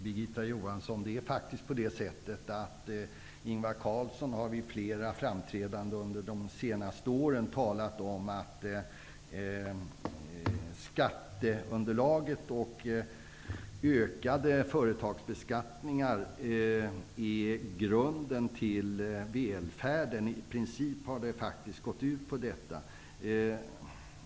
Fru talman! Ingvar Carlsson har vid flera framträdanden under de senaste åren talat om att skatteunderlaget och höjd företagsbeskattning är grunden till välfärden. I princip har det han sagt gått ut på detta.